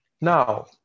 Now